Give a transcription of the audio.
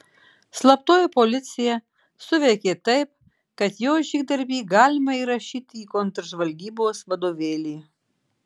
slaptoji policija suveikė taip kad jos žygdarbį galima įrašyti į kontržvalgybos vadovėlį